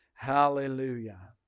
Hallelujah